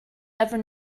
ever